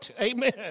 Amen